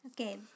Okay